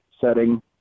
setting